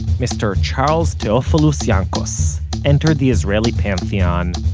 mr. charles theofolos yankos entered the israeli pantheon,